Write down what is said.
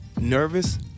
nervous